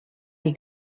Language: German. die